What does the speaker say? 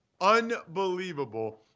Unbelievable